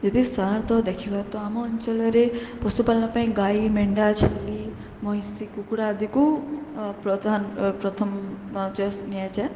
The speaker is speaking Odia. ଯଦି ସାଧାରଣତଃ ଦେଖିବା ତ ଆମ ଅଞ୍ଚଳରେ ପଶୁପାଳନ ପାଇଁ ଗାଈ ମେଣ୍ଢା ଛେଳି ମଇଁଷି କୁକୁଡ଼ା ଆଦିକୁ ପ୍ରଧାନ ପ୍ରଥମ ଚଏସ୍ ନିଆଯାଏ